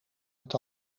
het